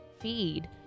feed